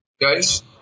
guys